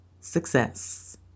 success